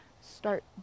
start